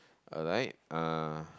alright uh